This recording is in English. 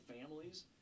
families